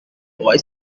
boy